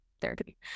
therapy